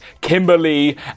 Kimberly